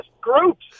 groups